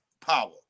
power